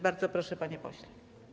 Bardzo proszę, panie pośle.